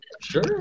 Sure